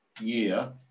year